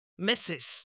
Mrs